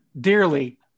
dearly